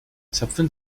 zapfen